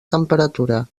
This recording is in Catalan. temperatura